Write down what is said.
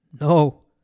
No